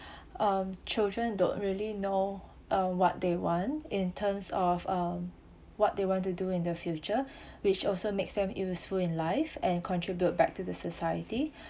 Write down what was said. um children don't really know uh what they want in terms of uh what they want to do in the future which also makes them useful in life and contribute back to the society